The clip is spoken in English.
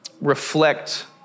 reflect